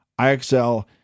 IXL